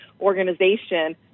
organization